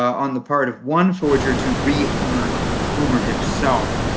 on the part of one forger to re-homer homer himself,